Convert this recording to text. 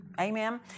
Amen